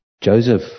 Joseph